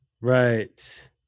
Right